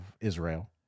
Israel